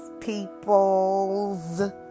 peoples